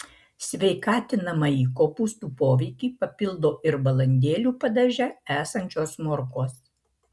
sveikatinamąjį kopūstų poveikį papildo ir balandėlių padaže esančios morkos